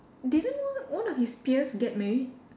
didn't one one of his peers get married